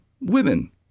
women